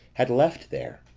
had left there.